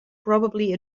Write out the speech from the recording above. probably